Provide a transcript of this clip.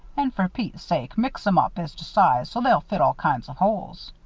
and for pete's sake mix em up as to sizes so they'll fit all kinds of holes.